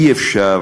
אי-אפשר